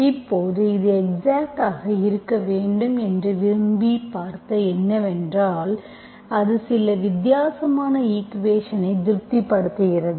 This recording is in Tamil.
இப்போது இது எக்ஸாக்ட் ஆக இருக்க வேண்டும் என்று விரும்ப பார்த்தது என்னவென்றால் அது சில வித்தியாசமான ஈக்குவேஷன்ஸ்ஐ திருப்திப்படுத்துகிறது